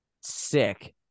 sick